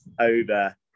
over